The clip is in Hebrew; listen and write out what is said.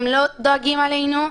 הם לא דואגים לנו,